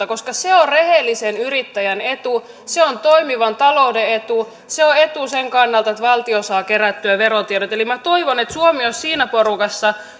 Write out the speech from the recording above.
koska se on rehellisen yrittäjän etu se on toimivan talouden etu se on etu sen kannalta että valtio saa kerättyä verotiedot eli minä toivon että suomi olisi siinä porukassa